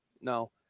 No